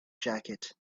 jacket